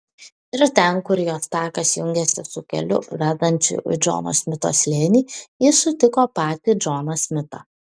ir ten kur jos takas jungėsi su keliu vedančiu į džono smito slėnį ji sutiko patį džoną smitą